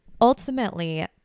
Ultimately